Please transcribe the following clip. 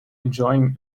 enjoying